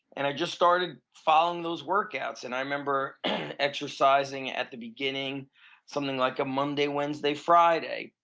and i just started following those workouts and i remember exercising at the beginning something like a monday, wednesday friday.